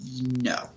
No